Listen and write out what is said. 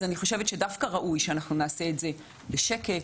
אני חושבת שראוי שנעשה את זה בשקט,